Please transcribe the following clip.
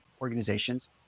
organizations